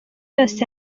yose